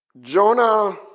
Jonah